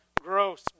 gross